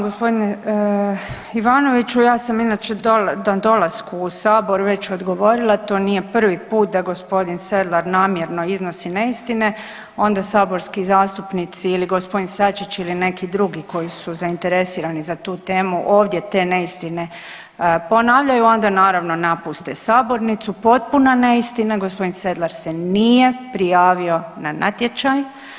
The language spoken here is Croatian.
Hvala vam gospodine Ivanoviću, ja sam inače na dolasku u sabor već odgovorila to nije prvi put da gospodin Sedlar namjerno iznosi neistine, onda saborski zastupnici ili g. Sačić ili neki drugi koji su zainteresirani za tu temu ovdje te neistine ponavljaju, onda naravno, napuste sabornicu, potpuna neistina, g. Sedlar se nije prijavio na natječaj.